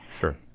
Sure